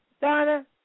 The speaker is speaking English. Donna